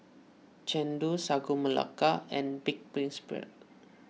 Chendol Sagu Melaka and Pig's Brain